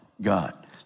God